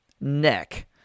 neck